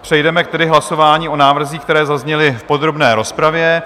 Přejdeme tedy k hlasování o návrzích, které zazněly v podrobné rozpravě.